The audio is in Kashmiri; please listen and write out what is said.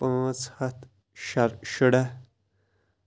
پانژھ ہَتھ شُراہ